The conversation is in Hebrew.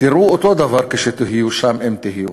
תראו אותו דבר כשתהיו שם, אם תהיו.